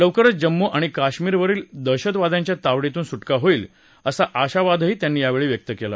लवकरच जम्मू आणि काश्मीर वरील दहशतवाद्यांच्या तावडीतून होईल असा आशावाद त्यांनी व्यक्त केला